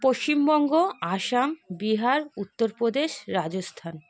Paschimbanga Assam Bihar Uttar Pradesh Rajasthan